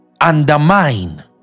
undermine